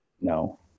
No